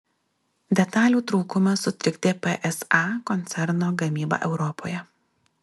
detalių trūkumas sutrikdė psa koncerno gamybą europoje